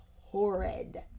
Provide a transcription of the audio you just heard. horrid